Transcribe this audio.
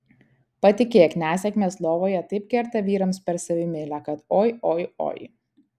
patikėk nesėkmės lovoje taip kerta vyrams per savimeilę kad oi oi oi